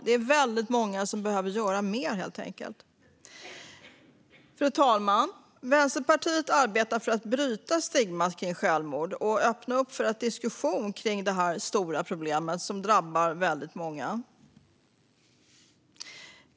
Det är väldigt många som behöver göra mer, helt enkelt. Fru talman! Vänsterpartiet arbetar för att bryta stigmat kring självmord och öppna upp för diskussion kring detta stora problem som drabbar väldigt många.